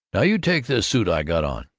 now, you take this suit i got on.